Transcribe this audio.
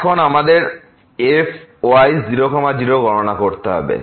এখন আমাদের fy0 0 গণনা করতে হবে